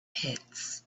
pits